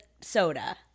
soda